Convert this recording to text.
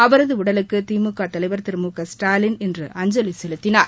அவரது உடலுக்கு திமுக தலைவர் திரு மு க ஸ்டாலின் இன்று அஞ்சலி செலுத்தினார்